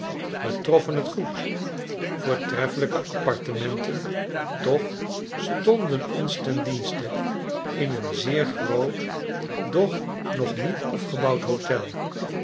we troffen t goed voortreffelijke apartementen toch stonden ons ten dienste in een zeer groot doch nog niet afgebouwd hotel